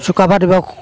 চুকাফা দিৱস